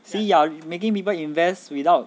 see you are making people invest without